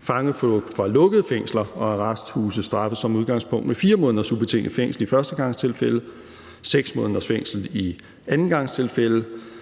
Fangeflugt fra lukkede fængsler og arresthuse straffes som udgangspunkt med 4 måneders ubetinget fængsel i førstegangstilfælde og 6 måneders fængsel i andengangstilfælde.